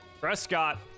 Prescott